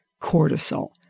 cortisol